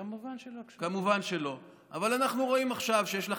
כמובן שלא קשורה.